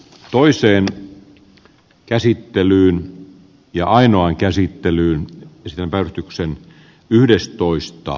toiseen käsittelyyn ja ainoan käsittelyyn sen välityksen tarpeen